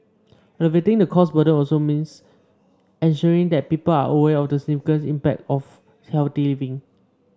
alleviating the cost burden also means ensuring that people are aware of the significance and impact of healthy living